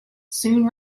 soon